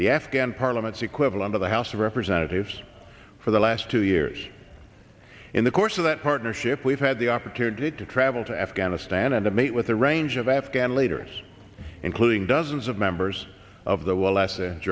the afghan parliament to quibble under the house of representatives for the last two years in the course of that partnership we've had the opportunity to travel to afghanistan and to meet with a range of afghan leaders including dozens of members of the